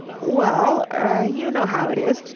well er you know how it is.